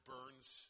Burns